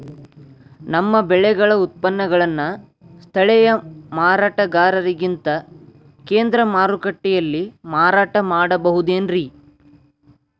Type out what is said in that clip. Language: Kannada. ನಮ್ಮ ಬೆಳೆಗಳ ಉತ್ಪನ್ನಗಳನ್ನ ಸ್ಥಳೇಯ ಮಾರಾಟಗಾರರಿಗಿಂತ ಕೇಂದ್ರ ಮಾರುಕಟ್ಟೆಯಲ್ಲಿ ಮಾರಾಟ ಮಾಡಬಹುದೇನ್ರಿ?